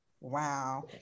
wow